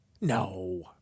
No